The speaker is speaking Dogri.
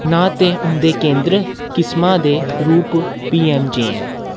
न ते उं'दे केंद्र किस्मां दे रूप पी ऐम जे ऐ